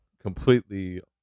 completely